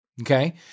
Okay